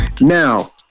Now